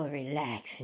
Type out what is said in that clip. relax